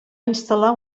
instal·lar